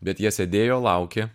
bet jie sėdėjo laukė